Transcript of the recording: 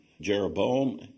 Jeroboam